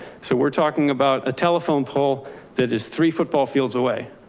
so we're talking about a telephone pole that is three football fields away.